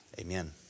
Amen